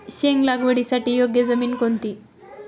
शेंग लागवडीसाठी योग्य जमीन कोणती?